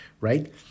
right